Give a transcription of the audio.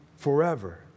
Forever